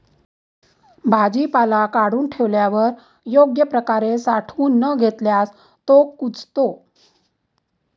भाजीपाला काढून ठेवल्यावर योग्य प्रकारे साठवून न घेतल्यास तो कुजतो